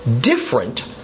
different